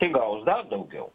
tai gaus dar daugiau